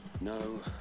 No